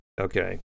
Okay